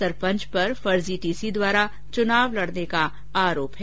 सरपंच पर फर्जी टीसी द्वारा चुनाव लडने के आरोप हैं